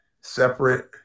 separate